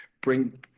bring